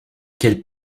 qu’elle